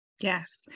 Yes